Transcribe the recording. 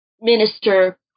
minister